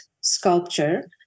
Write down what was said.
sculpture